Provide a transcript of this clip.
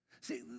See